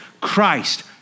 Christ